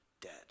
Dead